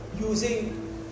using